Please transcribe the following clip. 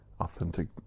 authentic